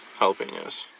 jalapenos